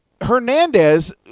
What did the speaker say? Hernandez